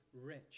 rich